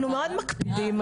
אנחנו מאוד מקפידים על זה.